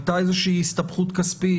הייתה איזושהי הסתבכות כספית,